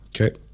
Okay